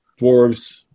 dwarves